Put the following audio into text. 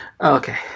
Okay